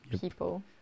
people